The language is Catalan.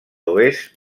oest